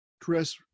Chris